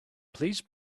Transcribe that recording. please